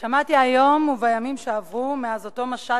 שמעתי היום ובימים שעברו מאז אותו משט